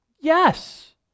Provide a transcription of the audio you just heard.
Yes